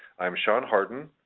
i am sean hardin,